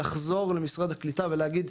לחזור למשרד הקליטה ולהגיד,